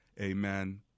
Amen